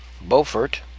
Beaufort